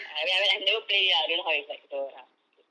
I mean I mean I've never play ah I don't know how it's like so ya